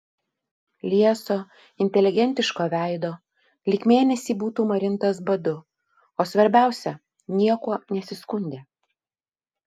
lieso inteligentiško veido lyg mėnesį būtų marintas badu o svarbiausia niekuo nesiskundė